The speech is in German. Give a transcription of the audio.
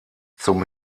zum